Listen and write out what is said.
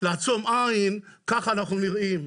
ולעצום עין, ככה אנחנו נראים.